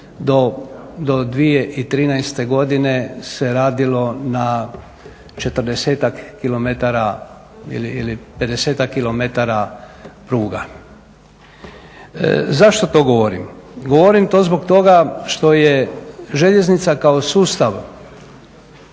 do 2013. godine se radilo na 40-ak kilometara ili 50-ak kilometara pruga. Zašto to govorim? Govorim to zbog toga što je željeznica kao sustav